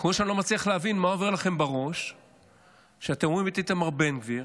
כמו שאני לא מצליח להבין מה עובר לכם בראש כשאתם רואים את איתמר בן גביר